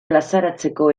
plazaratzeko